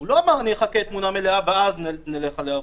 הוא לא אמר: נחכה לתמונה מלאה ואז נלך על היערכות.